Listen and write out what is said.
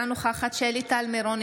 אינה נוכחת שלי טל מירון,